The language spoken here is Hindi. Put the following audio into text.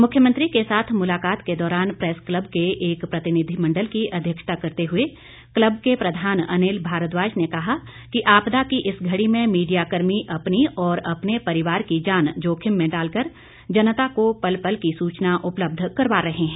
मुख्यमंत्री के साथ मुलाकात के दौरान प्रैस क्लब के एक प्रतिनिधिमंडल की अध्यक्षता करते हुए क्लब के प्रधान अनिल भारद्वाज ने कहा कि आपादा की इस घड़ी में मीडिया कर्मी अपनी और अपने परिवार की जान जोखिम में डालकर जनता को पल पल की सूचना उपलब्ध करवा रहे हैं